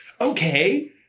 okay